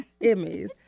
Emmys